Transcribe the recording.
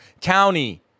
county